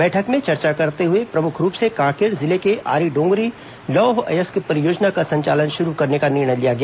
बैठक में चर्चा करते हुए प्रमुख रूप से कांकेर जिले के आरीडोंगरी लौह अयस्क परियोजना का संचालन शुरू करने का निर्णय लिया गया